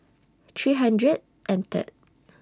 three hundred and Third